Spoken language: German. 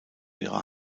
ihrer